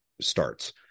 starts